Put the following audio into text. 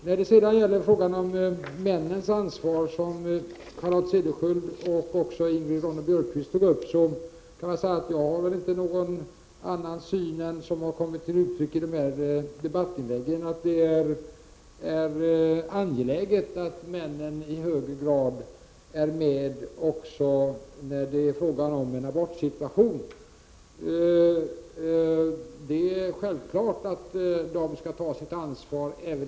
När det sedan gäller frågan om männens ansvar, som Charlotte Cederschiöld och Ingrid Ronne-Björkqvist tog upp, kan jag säga att jag inte har någon annan syn än den som har kommit till uttryck i debattinläggen, dvs. att det är angeläget att männen i högre grad är med också när det är fråga om en abortsituation. Det är självklart att de skall ta sitt ansvar.